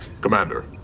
Commander